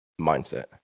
Mindset